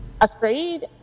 afraid